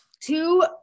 two